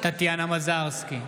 טטיאנה מזרסקי,